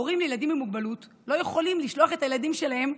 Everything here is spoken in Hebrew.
הורים לילדים עם מוגבלות לא יכולים לשלוח את הילדים שלהם,